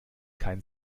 kein